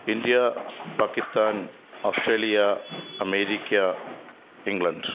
India Pakistan Australia America England